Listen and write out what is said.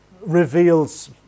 reveals